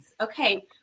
okay